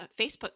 Facebook